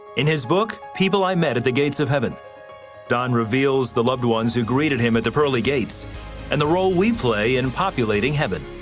in his book people i met at the gates of heaven don reveals the loved ones who greeted him at the pearly gates and the role we play in it populating heaven.